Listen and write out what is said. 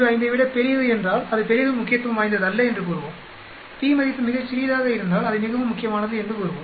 05 என்றால் அது பெரிதும் முக்கியத்துவம் வாய்ந்ததல்ல என்று கூறுவோம் p மதிப்பு மிகச் சிறியதாக இருந்தால் அது மிகவும் முக்கியமானது என்று கூறுவோம்